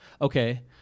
Okay